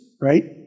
right